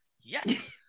yes